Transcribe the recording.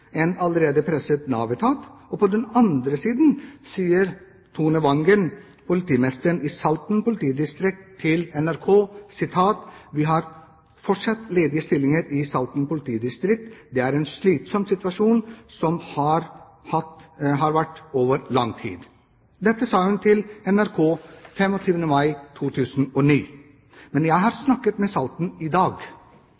en allerede presset Nav-etat – og på den andre siden når Tone Vangen, politimesteren i Salten politidistrikt, sier til NRK: «Vi har fortsatt ledige stillinger i Salten politidistrikt. Det er en slitsom situasjon som vi har hatt over lang tid.» Dette sa hun til NRK 25. mai 2009. Men jeg har